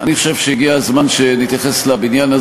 אדוני היושב-ראש, אדוני שר האוצר,